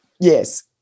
Yes